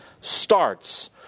starts